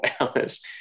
hours